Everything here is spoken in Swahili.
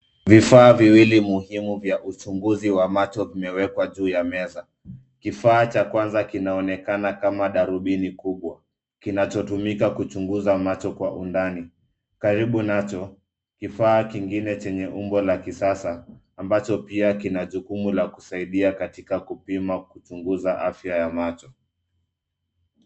Vifaa viwili muhimu vya uchunguzi wa macho, vimewekwa juu ya meza. Kifaa cha kwanza kinaonekana kama darubini kubwa, kinachotumika kuchunguza macho kwa undani. Karibu nacho, kifaa kingine chenye umbo la kisasa, ambacho pia kina jukumu la kusaidia katika kupima, kuchunguza afya ya macho.